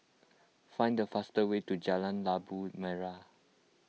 find the fastest way to Jalan Labu Merah